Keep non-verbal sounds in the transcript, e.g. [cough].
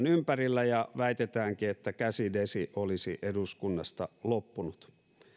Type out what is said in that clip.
[unintelligible] ympärillä ja väitetäänkin että käsidesi olisi eduskunnasta loppunut